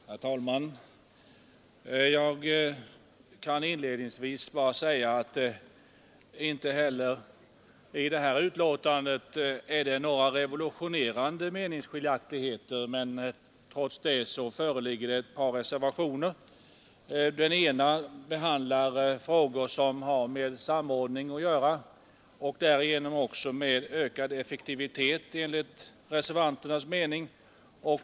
Herr talman! Jag vill inledningsvis säga att inte heller om detta betänkande råder det några revolutionerande meningsskiljaktigheter. Trots det föreligger ett par reservationer. Den ena behandlar frågor som gäller samordning och därigenom också ökad effektivitet.